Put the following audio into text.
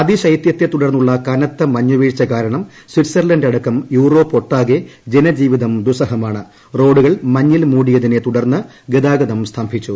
അതിശൈത്യത്തെ തുടർന്നുള്ള കനത്ത മഞ്ഞുവീഴ്ച കാരണം സ്വിറ്റ്സർലൻഡ് അടക്കം യൂറോപ്പ് ഒട്ടാകെ ജനജീവിതം ദൂസ്സഹമാണ് റോഡൂകൾ മഞ്ഞിൽ മൂടിയതിനെ തൂടർന്ന് ഗതാഗതം സ്തംഭിച്ചു